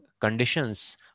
conditions